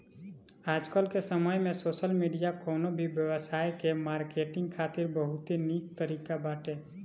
आजकाल के समय में सोशल मीडिया कवनो भी व्यवसाय के मार्केटिंग खातिर बहुते निक तरीका बाटे